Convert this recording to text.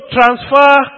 transfer